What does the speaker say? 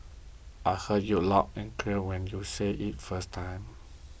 I heard you loud and clear when you said it first time